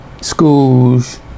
schools